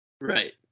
Right